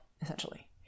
essentially